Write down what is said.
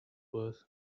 worth